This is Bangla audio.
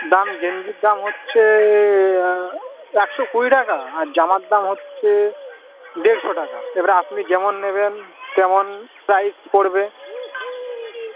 দাম গেঞ্জির দাম হচ্ছে একশো কুড়ি টাকা আর জামার দাম হচ্ছে দেড়শো টাকা এবারে আপনি যেমন নেবেন তেমন প্রাইস পড়বে